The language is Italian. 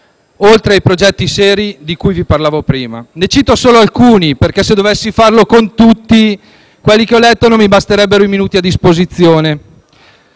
oltre ai progetti seri di cui parlavo prima. Ne cito solo alcuni perché, se dovessi farlo con tutti quelli che ho letto, non mi basterebbero i minuti a disposizione.